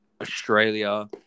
Australia